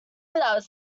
without